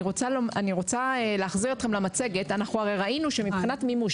רוצה להחזיר אתכם למצגת ראינו שמבחינת מימוש,